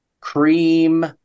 cream